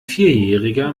vierjähriger